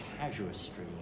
casuistry